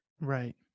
right